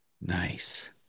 Nice